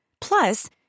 Plus